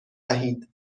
وحید